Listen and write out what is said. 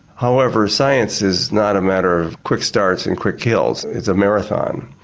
however science is not a matter of quick starts and quick kills it's a marathon,